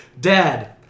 Dad